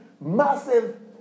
massive